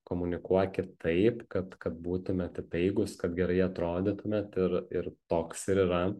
komunikuokit taip kad kad būtumėt įtaigūs kad gerai atrodytumėt ir ir toks ir yra